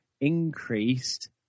increased